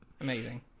Amazing